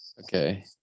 Okay